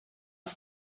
ist